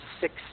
six